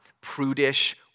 prudish